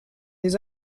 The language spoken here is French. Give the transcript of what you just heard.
les